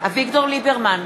אביגדור ליברמן,